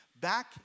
Back